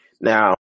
now